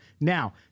Now